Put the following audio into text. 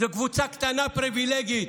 מדובר בקבוצה קטנה ופריבילגית.